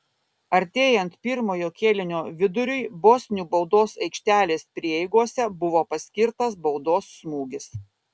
artėjant pirmojo kėlinio viduriui bosnių baudos aikštelės prieigose buvo paskirtas baudos smūgis